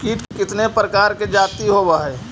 कीट कीतने प्रकार के जाती होबहय?